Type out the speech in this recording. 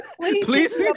Please